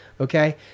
okay